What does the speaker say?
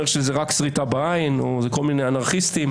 שזה רק שריטה בעין או כל מיני אנרכיסטים,